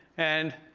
and